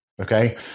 Okay